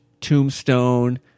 Tombstone